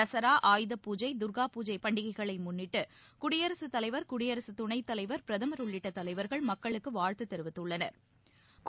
தசரா ஆயுதபூஜை தர்கா பூஜை பண்டிகைகளை முன்னிட்டு குடியரசுத் தலைவர் குடியரசு துணைத்தலைவா் பிரதமா் உள்ளிட்ட தலைவா்கள் மக்களுக்கு வாழ்த்து தெரிவித்துள்ளனா்